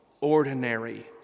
ordinary